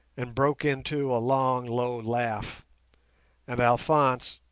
and broke into a long, low laugh and alphonse,